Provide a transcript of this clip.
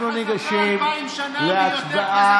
אנחנו ניגשים להצבעה.